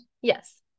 yes